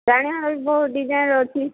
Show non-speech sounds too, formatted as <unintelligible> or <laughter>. <unintelligible> ସବୁ ଡିଜାଇନ୍ର ଅଛି